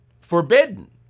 forbidden